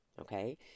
Okay